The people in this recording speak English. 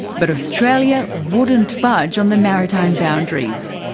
but australia wouldn't budge on the maritime boundaries.